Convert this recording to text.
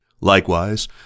Likewise